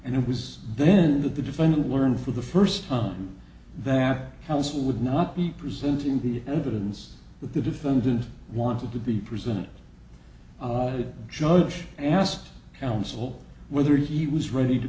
and it was then that the defendant learned for the first time that house would not be presenting the evidence that the defendant wanted to be presented to the judge asked counsel whether he was ready to